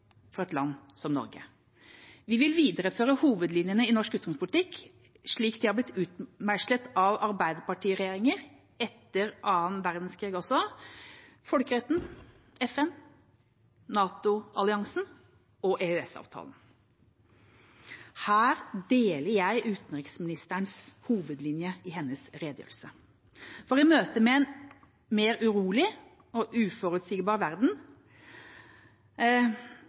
for et land som Norge. Vi vil videreføre hovedlinjene i norsk utenrikspolitikk slik de har blitt utmeislet av Arbeiderparti-regjeringer etter annen verdenskrig også: folkeretten, FN, NATO-alliansen og EØS-avtalen. Her deler jeg utenriksministerens hovedlinje i hennes redegjørelse, for i møte med en mer urolig og uforutsigbar verden